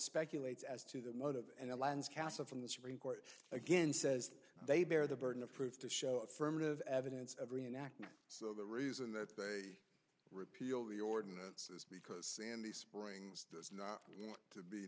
speculates as to the motive and it lands council from the supreme court again says they bear the burden of proof to show affirmative evidence of reenactment so the reason that they repealed the ordinance is because sandy springs does not want to be